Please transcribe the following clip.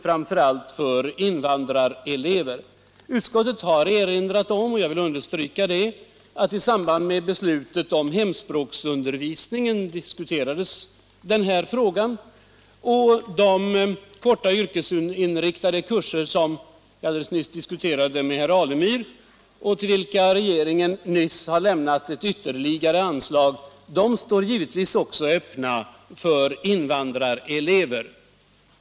Jag vill understryka att utskottet har erinrat om att den här frågan diskuterades i samband med att beslut togs om hemspråksundervisningen. De korta, yrkesinriktade kurser, som jag alldeles nyss diskuterade med herr Alemyr om och till vilka regeringen nyss har lämnat ett ytterligare anslag, står givetvis också öppna för invandrarelever.